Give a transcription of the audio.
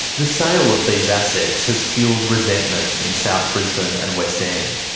the sale of these assets has fuelled resentment in south brisbane and west end.